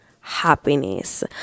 happiness